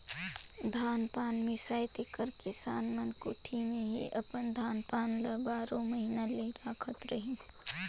धान पान मिसाए तेकर किसान मन कोठी मे ही अपन धान पान ल बारो महिना ले राखत रहिन